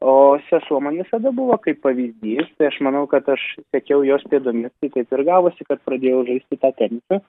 o sesuo man visada buvo kaip pavyzdys tai aš manau kad aš sekiau jos pėdomis tai taip ir gavosi kad pradėjau žaisti tą tenisą